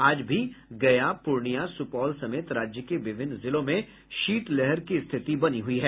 आज भी गया पूर्णिया सुपौल समेत राज्य के विभिन्न जिलों में शीत लहर की स्थिति बनी हुई है